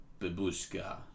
babushka